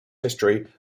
history